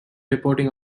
reporting